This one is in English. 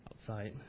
outside